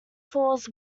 falls